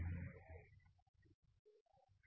तरहा AV3आहे